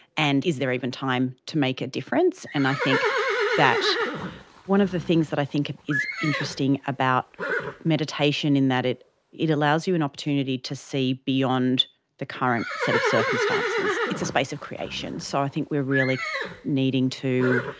and is there even time to make a difference. and i think that one of the things that i think is interesting about meditation is that it it allows you an opportunity to see beyond the current set of circumstances. it's a space of creation. so i think we are really needing to